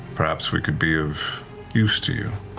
perhaps we could be of use to you.